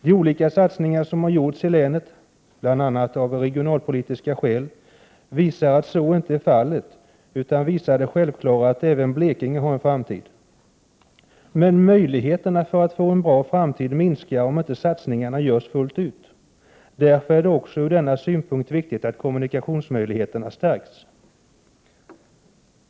De olika satsningar som har gjorts i länet, bl.a. av regionalpolitiska skäl, visar att så inte är fallet. De visar det självklara, att även Blekinge har en framtid. Men möjligheterna till en bra framtid minskar om inte satsningarna görs fullt ut. Därför är det också ur denna synpunkt viktigt att kommunikationsmöjligheterna stärks.